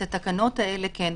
את התקנות האלה כן.